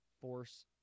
force